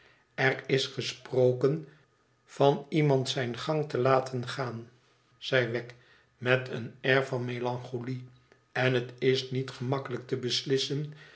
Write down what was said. r is gesproken van iemand zijn gang te laten gaan zei wegg met een air van melancholie en het is niet gemakkelijk te beslissen